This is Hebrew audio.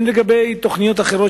הן לגבי תוכניות אחרות,